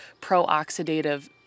pro-oxidative